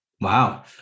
Wow